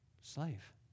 slave